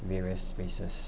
various places